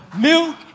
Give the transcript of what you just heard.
milk